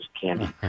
candy